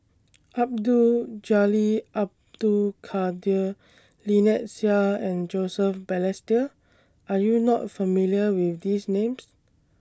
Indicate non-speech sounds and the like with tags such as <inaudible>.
<noise> Abdul Jalil Abdul Kadir Lynnette Seah and Joseph Balestier Are YOU not familiar with These Names